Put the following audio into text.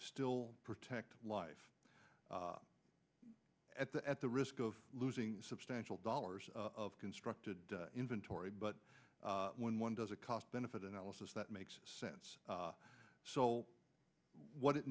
still protect life at the at the risk of losing substantial dollars of constructed inventory but when one does a cost benefit analysis that makes sense so what it